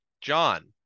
John